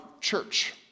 church